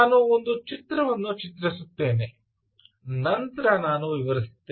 ನಾನು ಒಂದು ಚಿತ್ರವನ್ನು ಚಿತ್ರಿಸುತ್ತೇನೆ ನಂತರ ನಾನು ವಿವರಿಸುತ್ತೇನೆ